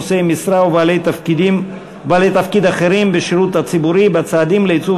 נושאי המשרה ובעלי תפקיד אחרים בשירות הציבורי בצעדים לייצוב